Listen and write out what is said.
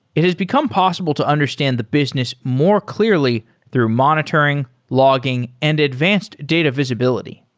it has become possible to understand the business more clearly through monitoring, logging, and advanced data visibility.